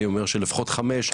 אני אומר שלפחות חמש,